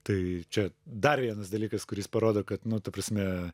tai čia dar vienas dalykas kuris parodo kad nu ta prasme